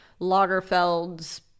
Lagerfeld's